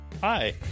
Hi